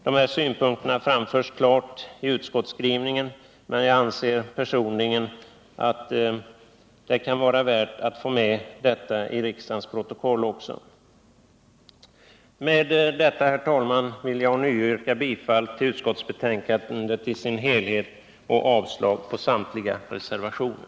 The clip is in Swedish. Dessa synpunkter framförs klart i utskottsskrivningen, men jag anser personligen att det kan vara värt att få med detta också i riksdagens protokoll. Med detta, herr talman, yrkar jag ånyo bifall till utskottets hemställan på samtliga punkter samt avslag på samtliga reservationer.